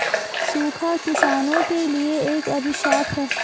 सूखा किसानों के लिए एक अभिशाप है